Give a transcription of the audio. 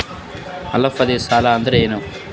ಅಲ್ಪಾವಧಿ ಸಾಲ ಅಂದ್ರ ಏನು?